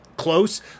Close